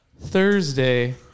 Thursday